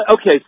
okay